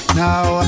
now